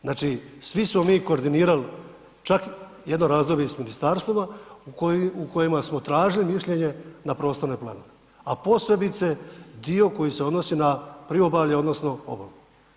Znači svi smo mi koordinirali, čak jedno razdoblje i s Ministarstvima u kojima smo tražili mišljenje na prostorne planove, a posebice dio koji se odnosi na priobalje odnosno obalu.